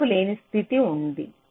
మార్పులేని స్థితి ఉంది